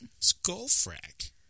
Skullfrack